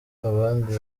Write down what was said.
abandi